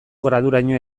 graduraino